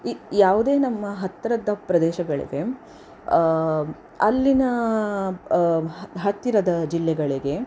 ಈ ಯಾವುದೇ ನಮ್ಮ ಹತ್ತಿರದ ಪ್ರದೇಶಗಳಿಗೆ ಅಲ್ಲಿನ ಹತ್ತಿರದ ಜಿಲ್ಲೆಗಳಿಗೆ